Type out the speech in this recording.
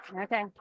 Okay